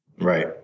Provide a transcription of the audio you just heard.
Right